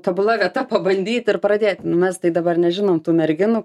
tobula vieta pabandyt ir pradėt nu mes tai dabar nežinom tų merginų